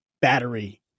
battery